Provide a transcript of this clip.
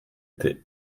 était